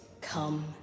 come